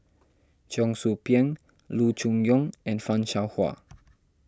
Cheong Soo Pieng Loo Choon Yong and Fan Shao Hua